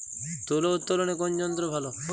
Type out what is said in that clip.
তুলা উত্তোলনে কোন যন্ত্র ভালো?